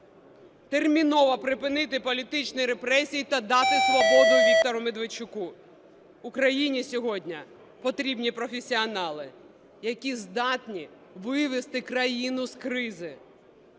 Терміново припинити політичні репресії та дати свободу Віктору Медведчуку. Україні сьогодні потрібні професіонали, які здатні вивести країну з кризи.